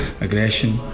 aggression